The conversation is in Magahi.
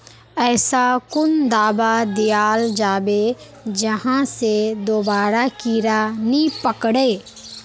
ऐसा कुन दाबा दियाल जाबे जहा से दोबारा कीड़ा नी पकड़े?